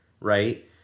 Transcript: right